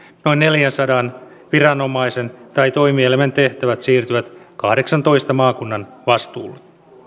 noin neljänsadan viranomaisen tai toimielimen tehtävät siirtyvät kahdeksantoista maakunnan vastuulle